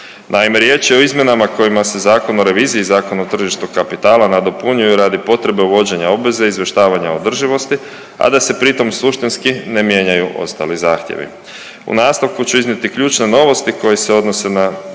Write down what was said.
Naime, riječ je o izmjenama kojima se Zakon o reviziji i Zakon o tržištu kapitala nadopunjuju radi potrebe uvođenja obveze izvještavanja održivosti, a da se pritom suštinski ne mijenjaju ostali zahtjevi. U nastavku ću iznijeti ključne novosti koje se odnose na